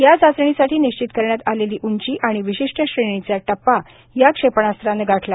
या चाचणीसाठी निश्चित करण्यात आलेली उंची आणि विशिष्ट श्रेणीचा टप्पा या क्षेपणास्त्राने गाठला